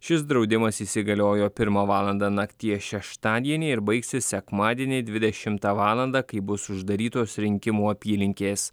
šis draudimas įsigaliojo pirmą valandą nakties šeštadienį ir baigsis sekmadienį dvidešimtą valandą kai bus uždarytos rinkimų apylinkės